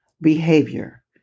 Behavior